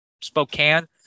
Spokane